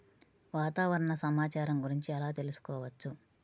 వాతావరణ సమాచారం గురించి ఎలా తెలుసుకోవచ్చు?